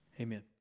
Amen